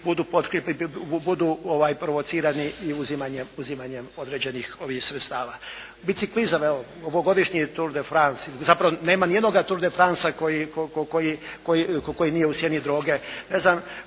budu provocirani i uzimanjem određenih ovih sredstava. Biciklizam evo, ovogodišnji Tour de France, zapravo nema nijednoga Tour de Francea koji nije u sjeni droge. Ne znam,